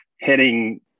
heading